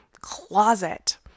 closet